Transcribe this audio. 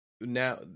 now